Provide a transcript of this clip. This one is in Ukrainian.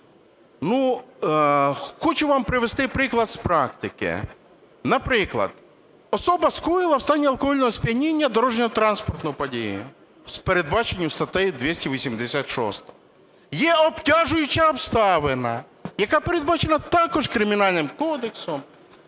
Ну, хочу вам привести приклад з практики. Наприклад, особа скоїла в стані алкогольного сп'яніння дорожньо-транспортну подію, передбачену статтею 286. Є обтяжуюча обставина, яка передбачена також Кримінальним кодексом: